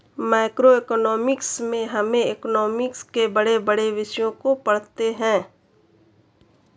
macroeconomics में हम economics के बड़े बड़े विषयों को पढ़ते हैं